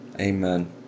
amen